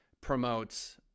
promotes